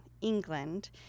England